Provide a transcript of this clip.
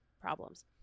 problems